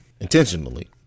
intentionally